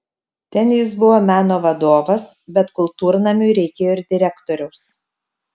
ten jis buvo meno vadovas bet kultūrnamiui reikėjo ir direktoriaus